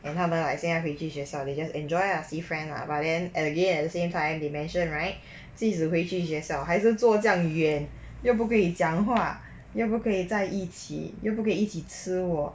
等他们 like 现在回去学校 they just enjoy lah see friend lah but then and again at the same time they mention right 即使会学校还是坐这样远又不可以讲话又不可以可以在一起又不可以一起吃喔